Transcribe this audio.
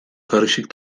karışık